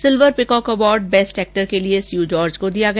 silver peacock award best actor के लिए Sue George को दिया गया